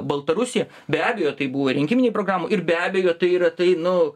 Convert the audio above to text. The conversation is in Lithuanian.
baltarusija be abejo tai buvo rinkiminėj programoj ir be abejo tai yra tai nu